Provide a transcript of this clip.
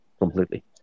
Completely